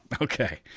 Okay